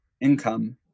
income